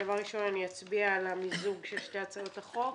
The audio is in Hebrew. דבר ראשון אצביע על המיזוג של שתי הצעות החוק.